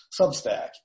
Substack